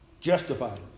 justified